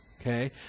Okay